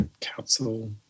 council